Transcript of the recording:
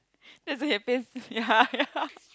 that's the happiest ya ya